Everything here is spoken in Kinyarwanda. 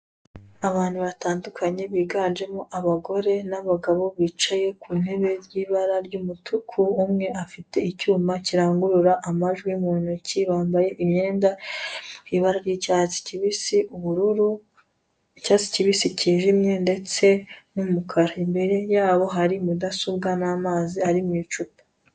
Abantu batandukanye biganjemo abagore n'abagabo, bicaye ku ntebe z'ibara ry'umutuku, umwe afite icyuma kirangurura amajwi mu ntoki, bambaye imyenda y'ibara ry'icyatsi, ubururu, icyatsi kibisi kijimye ndetse n'umukara. Imbere yabo hari mudasobwa n'amazi ari mu icupa.